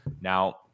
Now